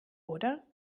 oder